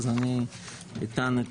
אני אטען את